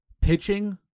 Pitching